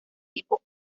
tipo